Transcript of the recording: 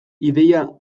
ideia